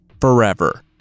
forever